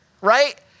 right